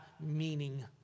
meaning